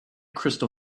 crystal